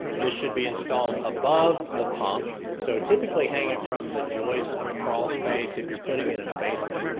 this should be installed above the pump. so, typically hang it from the joist of a crawl space, if you're putting it in a basement.